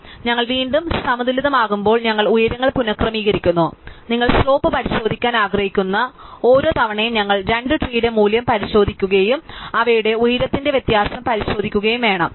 അതിനാൽ ഞങ്ങൾ വീണ്ടും സമതുലിതമാകുമ്പോൾ ഞങ്ങൾ ഉയരങ്ങൾ പുനക്രമീകരിക്കുന്നു നിങ്ങൾ സ്ലോപ്പ് പരിശോധിക്കാൻ ആഗ്രഹിക്കുന്ന ഓരോ തവണയും ഞങ്ങൾ രണ്ട് ട്രീടെ മൂല്യം പരിശോധിക്കുകയും അവയുടെ ഉയരത്തിന്റെ വ്യത്യാസം പരിശോധിക്കുകയും വേണം